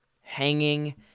hanging